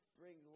bring